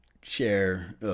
share